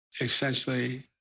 essentially